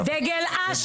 זה דגל אש"ף.